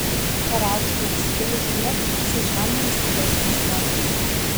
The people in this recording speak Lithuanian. per aukštąjį stilių šlept su žemojo stiliaus mazgote